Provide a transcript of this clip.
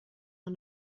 are